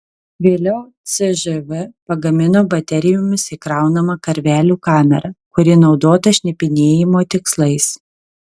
vėliau cžv pagamino baterijomis įkraunamą karvelių kamerą kuri naudota šnipinėjimo tikslais